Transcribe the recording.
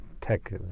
tech